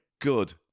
Good